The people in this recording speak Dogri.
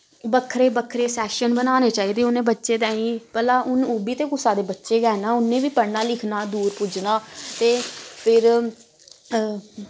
बक्खरे बक्खरे सैक्शन बनाने चाही दे उनैं बच्चें तांईं भला हुन ओह्बी ते कुसा दे बच्चे गै ना उनैं बी पढ़ना लिखना दूर पुज्जना ते फिर